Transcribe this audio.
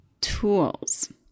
Tools